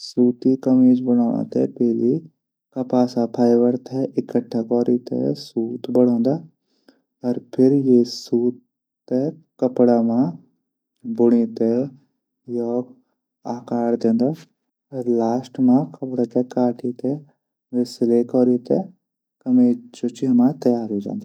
सूती कमीज बणोनो थै कपास फाइबर थै इक्ट्ठा कौरी थै सूट बणोदा। फिर ये सूती थै कपडा मा बूणी थै आकार दिंदा अर लास्ट मा कपडा थै सिलाई कैरी कमीज तैयार करदा छःन।